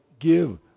give